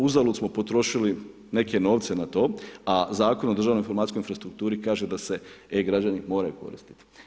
Uzalud smo potrošili neke novce na to a Zakon o državnoj informacijskoj infrastrukturi kaže da se e-građani moraju koristiti.